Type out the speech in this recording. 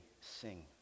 sing